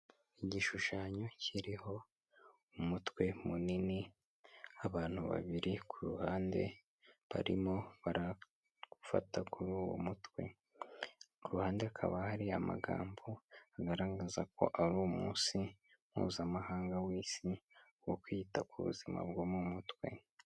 Igishushanyo kiriho umutwe munini abantu babiri ku ruhande barimo arafata kuri uwo mutwe ruhande hakaba hari amagambo agaragaza ko ari umunsi mpuzamahanga w'isi wo kwita ku buzima bwo mu mutwe.